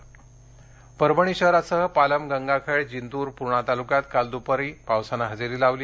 परभणी पाऊस परभणी शहरासह पालम गंगाखेड जिंतूर पूर्णा तालुक्यात काल रोजी दुपारी पावसानं हजेरी लावली